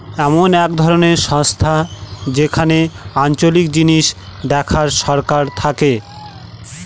এমন এক ধরনের সংস্থা যেখানে আঞ্চলিক জিনিস দেখার সরকার থাকে